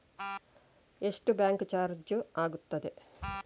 ಎಷ್ಟು bank charge ಆಗುತ್ತದೆ?